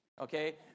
Okay